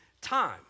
time